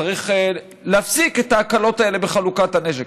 צריך להפסיק את ההקלות האלה בחלוקת הנשק.